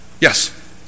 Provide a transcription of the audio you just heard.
Yes